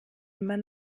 immer